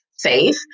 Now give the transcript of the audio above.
safe